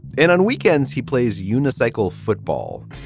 and on weekends he plays unicycle football,